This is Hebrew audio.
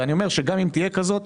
גם כשתהיה ממשלה,